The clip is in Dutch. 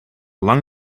lang